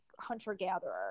hunter-gatherer